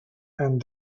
and